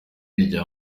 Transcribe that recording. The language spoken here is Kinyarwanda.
rya